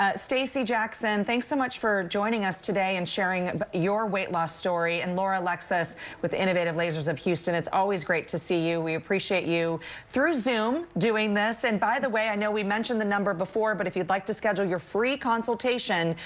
ah stacy jackson, thanks so much for joining us today and sharing but your weight loss story and laura alexis with innovative lasers of houston, it's always great to see you. we appreciate you through zoom doing this and by the way, i know we mentioned the number before but you would like to schedule your free consultation,